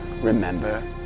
remember